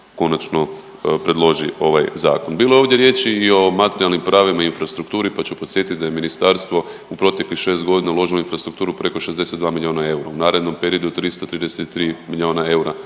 konačno predloži ovaj Zakon. Bilo je ovdje riječi i o materijalnim pravima i infrastrukturi, pa ću podsjetiti da je Ministarstvo u proteklih 6 godina uložilo u infrastrukturu preko 62 milijuna eura. U narednom periodu 333 milijuna eura